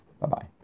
Bye-bye